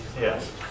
Yes